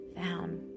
found